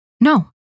No